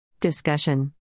Discussion